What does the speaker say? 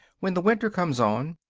when the winter comes on,